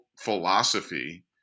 philosophy